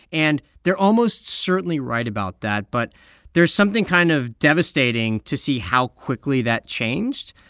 and they're almost certainly right about that. but there's something kind of devastating to see how quickly that changed.